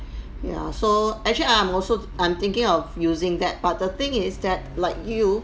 ya so actually I'm also I'm thinking of using that but the thing is that like you